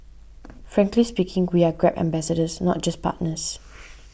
frankly speaking we are Grab ambassadors not just partners